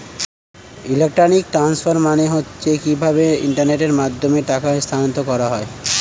electronic transfer মানে হচ্ছে কিভাবে ইন্টারনেটের মাধ্যমে টাকা স্থানান্তর করা হয়